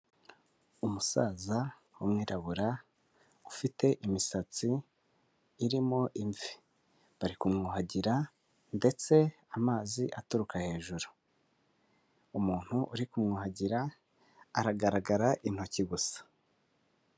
Umusaza w'umwirabura ufite imisatsi irimo imvi, bari kumwuhagira ndetse amazi aturuka hejuru, umuntu uri kumwuhagira aragaragara intoki gusa.